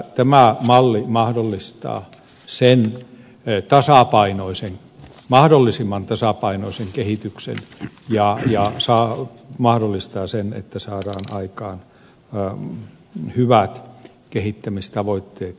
tämä malli mahdollistaa sen mahdollisimman tasapainoisen kehityksen ja mahdollistaa sen että saadaan aikaan hyvät kehittämistavoitteet ja kehittämismahdollisuudet